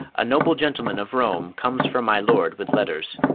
a noble gentleman of rome comes from my lord with letters.